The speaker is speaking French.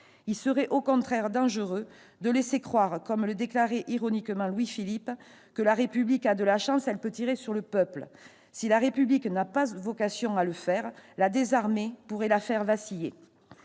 Il serait dangereux de laisser croire, comme le déclarait ironiquement Louis-Philippe, que « La République a de la chance, elle peut tirer sur le peuple ». Si la République n'a pas vocation à le faire, la désarmer pourrait la faire vaciller